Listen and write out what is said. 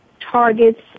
targets